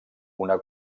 una